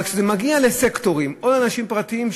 אבל כשזה מגיע לסקטורים או לאנשים פרטיים,